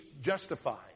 justified